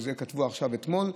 את זה כתבו אתמול,